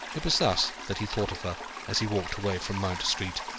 it was thus that he thought of her as he walked away from mount street,